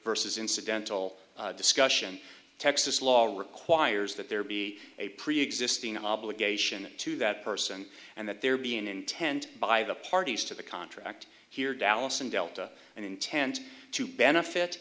versus incidental discussion texas law requires that there be a preexisting obligation to that person and that there be an intent by the parties to the contract here dallas and delta and intend to benefit